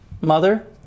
Mother